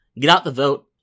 get-out-the-vote